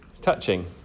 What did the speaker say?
Touching